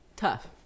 tough